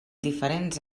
diferents